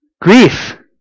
Grief